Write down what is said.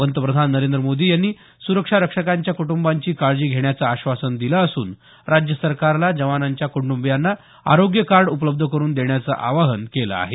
पंतप्रधान नरेंद्र मोदी यांनी सुरक्षा रक्षकांच्या कुटुंबांची काळजी घेण्याचं आश्वासन दिलं असून राज्य सरकारला जवानांच्या कुटुंबियांना आरोग्य कार्ड उपलब्ध करुन देण्याचं आवाहन केलं आहे